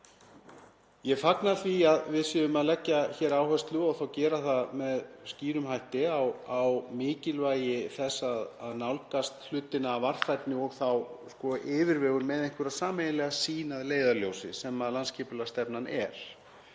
Ég fagna því að við séum að leggja hér áherslu, og gera það með skýrum hætti, á mikilvægi þess að nálgast hlutina af varfærni og yfirvegun og með einhverja sameiginlega sýn að leiðarljósi sem landsskipulagsstefnan er.